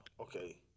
okay